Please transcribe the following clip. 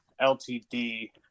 LTD